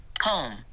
home